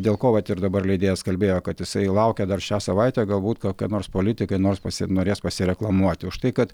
dėl ko vat ir dabar leidėjas kalbėjo kad jisai laukia dar šią savaitę galbūt tokie nors politikai nors pasi norės pasireklamuoti už tai kad